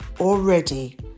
already